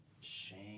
shame